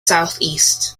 southeast